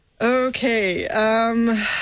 Okay